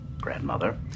grandmother